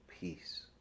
peace